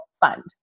fund